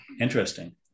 interesting